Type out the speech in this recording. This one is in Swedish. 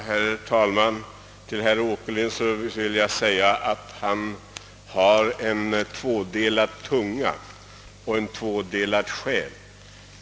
Herr talman! Herr Åkerlind tycks ha en tvådelad tunga och en tvådelad själ.